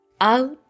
out